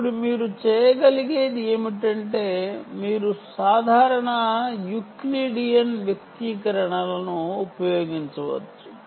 ఇప్పుడు మీరు చేయగలిగేది ఏమిటంటే మీరు సాధారణ యూక్లిడియన్ వ్యక్తీకరణ లను ఉపయోగించవచ్చు